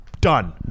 Done